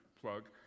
Plug